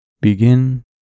Begin